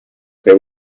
per